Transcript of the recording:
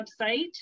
website